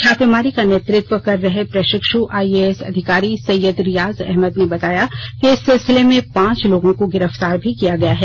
छापेमारी का नेतृत्व कर रहे प्रशिक्षु आईएएस अधिकारी सैय्यद रियाज अहमद ने बताया कि इस सिलसिले में पांच लोगों को गिरफ्तार भी किया गया है